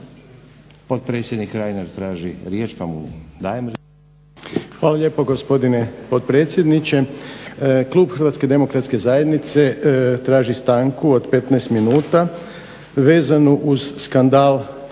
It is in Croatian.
Potpredsjednik Reiner traži riječ